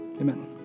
amen